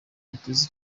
ntituzi